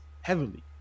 heavily